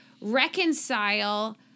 reconcile